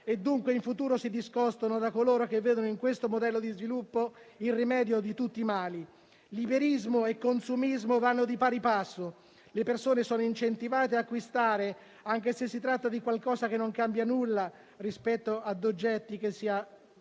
dunque in futuro si discostino da coloro che vedono in questo modello di sviluppo il rimedio di tutti i mali. Liberismo e consumismo vanno di pari passo: le persone sono incentivate ad acquistare anche se si tratta di oggetti che non cambiano nulla e che magari si